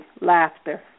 Laughter